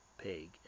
pig